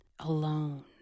alone